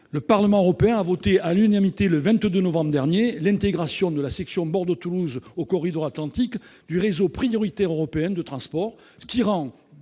Le Parlement européen a voté à l'unanimité le 22 novembre dernier l'intégration de la section Bordeaux-Toulouse au corridor Atlantique du réseau prioritaire européen de transport. Cela rend